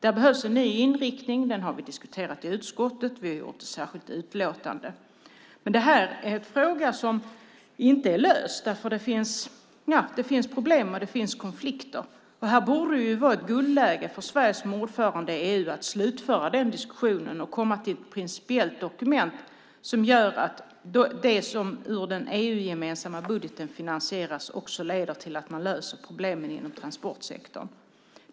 Där behövs en ny inriktning - den har vi diskuterat i utskottet, och vi har skrivit ett särskilt utlåtande. Det här är en fråga som inte är löst, för det finns problem och konflikter. Här borde det vara ett guldläge för Sverige som ordförande i EU att slutföra den diskussionen och komma fram till ett principiellt dokument som gör att det som finansieras ur den EU-gemensamma budgeten också leder till att man löser problemen inom transportsektorn.